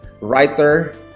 writer